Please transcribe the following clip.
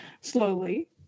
slowly